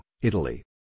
Italy